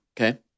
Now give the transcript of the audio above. Okay